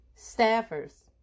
staffers